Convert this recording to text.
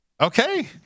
Okay